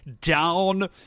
down